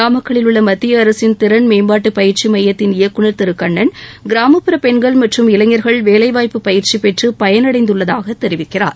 நாமக்கல்லில் உள்ள மத்திய அரசின் திறன் மேம்பாட்டு பயிற்சி மையத்தின் இயக்குநர் திரு கண்ணன் கிராமப்புற பெண்கள் மற்றும் இளைஞர்கள் வேலை வாய்ப்பு பயிற்சி பெற்று பயனடைந்துள்ளதாக தெரிவிக்கிறார்